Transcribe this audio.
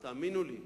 תאמינו לי,